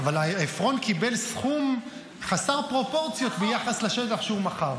אבל עפרון קיבל סכום חסר פרופורציות ביחס לשטח שהוא מכר.